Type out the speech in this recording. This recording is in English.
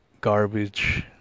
garbage